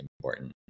important